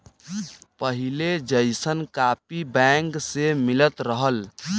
पहिले जइसन copy bank से मिलत रहल